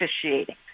officiating